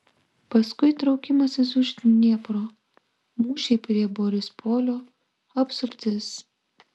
paskui traukimasis už dniepro mūšiai prie borispolio apsuptis